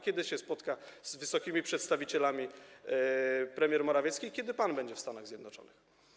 Kiedy się spotka z wysokimi przedstawicielami premier Morawiecki i kiedy pan będzie w Stanach Zjednoczonych?